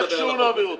איך שהוא נעביר אותו,